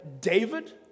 David